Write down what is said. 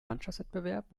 mannschaftswettbewerb